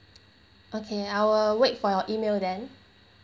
okay I will wait for your email then